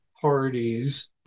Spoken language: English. parties